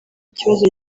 kibazo